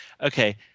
Okay